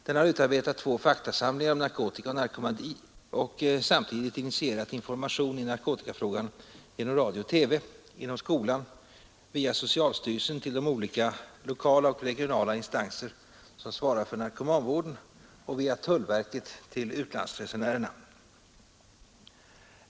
Den har utarbetat två faktasamlingar om narkotika och narkomani och samtidigt initierat information i narkotikafrågan genom radio och TV, inom skolan, via socialstyrelsen till de olika lokala och regionala instanser som svarar för narkomanvården och via tullverket till utlandsresenärerna.